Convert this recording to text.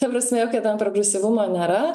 ta prasme jokio ten progresyvumo nėra